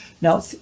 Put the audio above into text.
Now